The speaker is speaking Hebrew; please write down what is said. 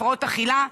הפרעות אכילה,